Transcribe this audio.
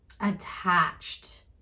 attached